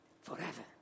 forever